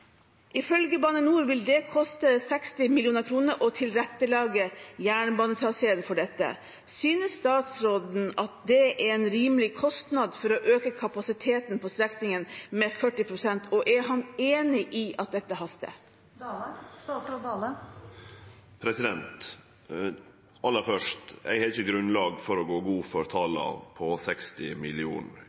Ifølge Bane NOR vil det koste 60 millioner kroner å tilrettelegge jernbanetraseen. Synes statsråden det er en rimelig kostnad for å øke kapasiteten på strekningen med 40 prosent, og er han enig i at det haster?» Aller først: Eg har ikkje grunnlag for å gå god for talet 60